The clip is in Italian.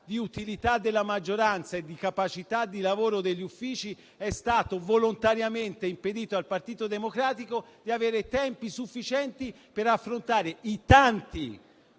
dell'utilità della maggioranza e di capacità di lavoro degli uffici, è stato volontariamente impedito al Partito Democratico di avere tempi sufficienti per affrontare le tante